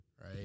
Right